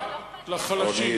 בעזרה לחלשים.